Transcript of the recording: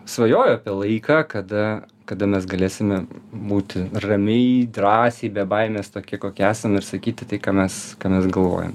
svajoju apie laiką kada kada mes galėsime būti ramiai drąsiai be baimės tokie kokie esam ir sakyti tai ką mes ką mes galvojam